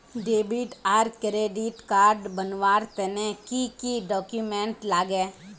Debit आर credit card बनवार तने की की डॉक्यूमेंट लागे?